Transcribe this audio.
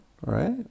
right